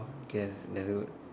K that's that's good